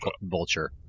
Vulture